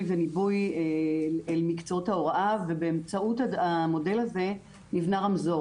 וניבוי אל מקצועות ההוראה ובאמצעות המודל הזה נבנה רמזור.